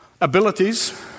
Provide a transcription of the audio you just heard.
abilities